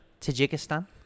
Tajikistan